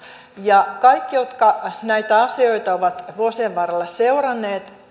ja kaikki jotka näitä asioita ovat vuosien varrella seuranneet